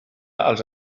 als